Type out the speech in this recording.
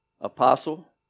apostle